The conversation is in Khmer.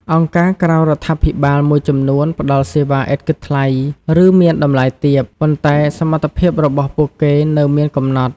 អង្គការក្រៅរដ្ឋាភិបាលមួយចំនួនផ្តល់សេវាឥតគិតថ្លៃ ឬមានតម្លៃទាប ប៉ុន្តែសមត្ថភាពរបស់ពួកគេនៅមានកំណត់។